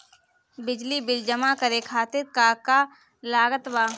बिजली बिल जमा करे खातिर का का लागत बा?